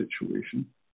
situation